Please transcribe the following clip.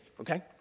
okay